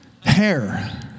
Hair